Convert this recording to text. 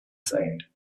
side